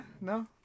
no